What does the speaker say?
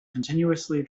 continuously